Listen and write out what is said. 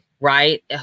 right